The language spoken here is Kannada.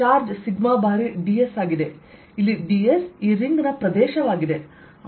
ಚಾರ್ಜ್ ಸಿಗ್ಮಾ ಬಾರಿ ds ಆಗಿದೆ ಇಲ್ಲಿ ds ಈ ರಿಂಗ್ ನ ಪ್ರದೇಶವಾಗಿದೆ